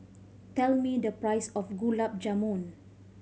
tell me the price of Gulab Jamun